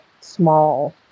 small